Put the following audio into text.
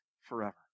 forever